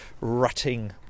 rutting